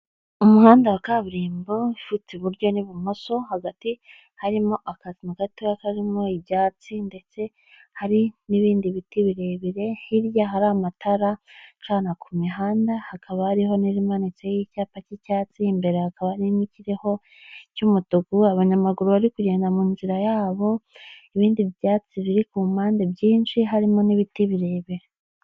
Umuhanda wa kaburimbo ufite iburyo n'ibumoso hagati harimo akayira gato karimo ibyatsi ndetse hari n'ibindi biti birebire hirya hari amatara acana ku mihanda hakaba ariho n'irimanitseho icyapa cy'icyatsi imbere hakaba n'ikiriho cy'umutuku abanyamaguru bari kugenda mu nzira yabo ibindi byatsi biri ku mpande byinshi harimo n'ibiti birebire.